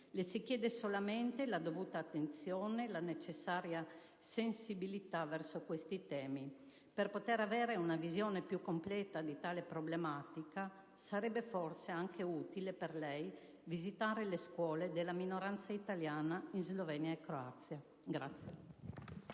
Le si chiedono solamente la dovuta attenzione e la necessaria sensibilità verso questi temi. Per poter avere una visione più completa di tale problematica, sarebbe forse anche utile per lei visitare le scuole della minoranza italiana in Slovenia e Croazia.